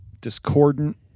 discordant